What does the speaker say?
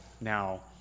Now